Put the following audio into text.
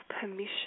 permission